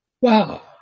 Wow